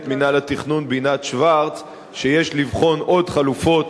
מינהל התכנון בינת שוורץ שיש לבחון עוד חלופות.